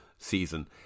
Season